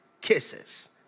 kisses